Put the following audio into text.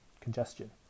congestion